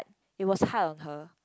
it was hard on her